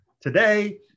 today